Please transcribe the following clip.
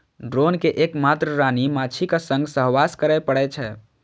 drone कें एक मात्र रानी माछीक संग सहवास करै पड़ै छै